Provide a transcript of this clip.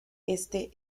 este